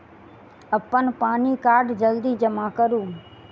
अप्पन पानि कार्ड जल्दी जमा करू?